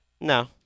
No